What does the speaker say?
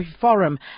Forum